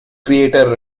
creator